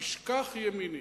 תשכח ימיני.